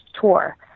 tour